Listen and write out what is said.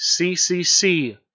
CCC